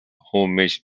homage